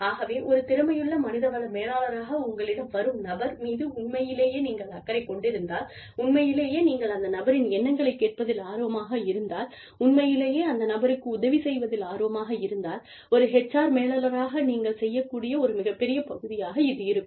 ஆகவே ஒரு திறமையுள்ள மனித வள மேலாளராக உங்களிடம் வரும் நபர் மீது உண்மையிலேயே நீங்கள் அக்கறை கொண்டிருந்தால் உண்மையிலேயே நீங்கள் அந்த நபரின் எண்ணங்களைக் கேட்பதில் ஆர்வமாக இருந்தால் உண்மையிலேயே அந்த நபருக்கு உதவி செய்வதில் ஆர்வமாக இருந்தால் ஒரு HR மேலாளராக நீங்கள் செய்யக் கூடிய ஒரு மிகப்பெரிய பகுதியாக இது இருக்கும்